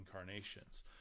incarnations